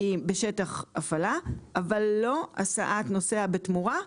בשטח הפעלה, אבל לא הסעת נוסע בתמורה.